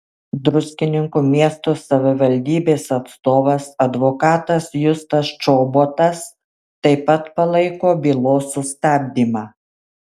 druskininkų miesto savivaldybės atstovas advokatas justas čobotas taip pat palaiko bylos sustabdymą